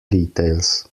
details